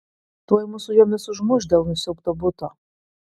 tuoj mus jomis užmuš dėl nusiaubto buto